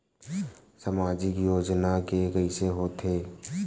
सामाजिक योजना के कइसे होथे?